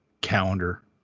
calendar